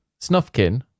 Snufkin